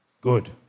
Good